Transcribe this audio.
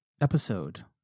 episode